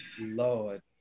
Lord